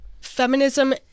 feminism